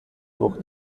durch